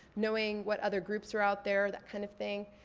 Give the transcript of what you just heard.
knowing what other groups are out there, that kind of thing.